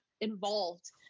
involved